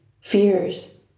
fears